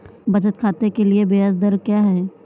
बचत खाते के लिए ब्याज दर क्या है?